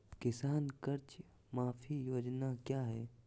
किसान कर्ज माफी योजना क्या है?